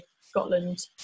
Scotland